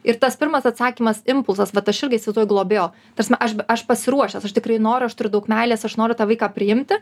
ir tas pirmas atsakymas impulsas vat aš irgi įsivaizduoju globėjo ta prasme aš aš pasiruošęs aš tikrai noriu aš turiu daug meilės aš noriu tą vaiką priimti